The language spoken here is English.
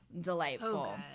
delightful